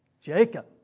Jacob